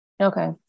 Okay